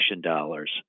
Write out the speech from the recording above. dollars